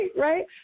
right